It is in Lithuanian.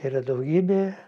yra daugybė